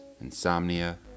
insomnia